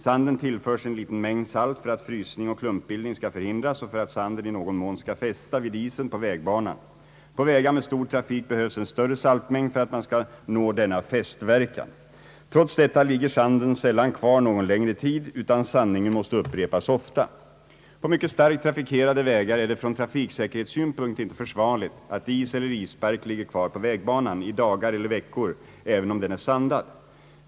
Sanden tillförs en liten mängd salt för att frysning och klumpbildning skall förhindras och för att sanden i någon mån skall fästa vid isen på vägbanan. På vägar med stor trafik behövs en större saltmängd för att man skall nå denna fästverkan. Trots detta ligger sanden sällan kvar någon längre tid utan sandningen måste upprepas ofta. På mycket starkt trafikerade vägar är det från trafiksäkerhetssynpunkt inte försvarligt att is eller isbark ligger kvar på vägbanan i dagar eller veckor även om den är sandad.